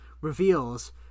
reveals